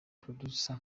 producer